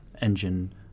engine